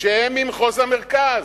שהם ממחוז המרכז.